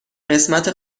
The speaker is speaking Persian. قسمت